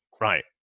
right